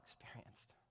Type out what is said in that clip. experienced